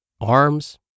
arms